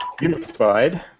Unified